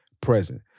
present